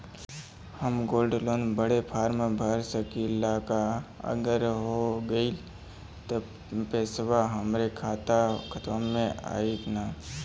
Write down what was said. हम gold loan बड़े form भर सकी ला का अगर हो गैल त पेसवा हमरे खतवा में आई ना?